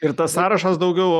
ir tas sąrašas daugiau